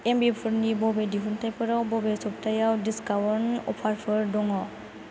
एम्बिपुरनि बबे दिहुनथाइफोराव बे सबथायाव डिसकाउन्ट अफारफोर दङ